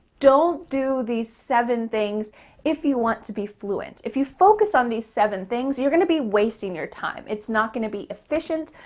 don't do these seven things if you want to be fluent. if you focus on these seven things, you're going to be wasting your time. it's not going to be efficient.